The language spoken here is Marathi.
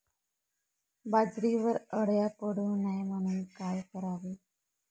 बाजरीवर अळ्या पडू नये म्हणून काय करावे?